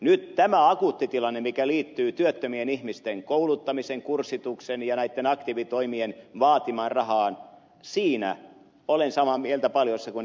nyt tämän akuutin tilanteen suhteen mikä liittyy työttömien ihmisten kouluttamiseen kurssitukseen ja näitten aktiivitoimien vaatimaan rahaan olen samaa mieltä paljossa kuin ed